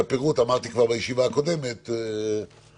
את הפירוט אמרתי כבר בישיבה הקודמת ולכן